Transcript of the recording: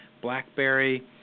blackberry